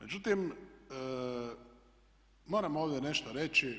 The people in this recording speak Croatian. Međutim, moram ovdje nešto reći